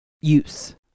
use